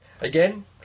Again